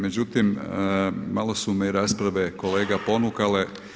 Međutim, malo su me i rasprave kolega ponukale.